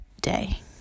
day